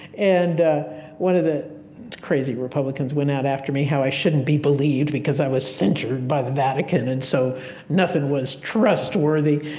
and one of the crazy republicans went out after me how i shouldn't be believed because i was censured by the vatican and so nothing was trustworthy.